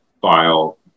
file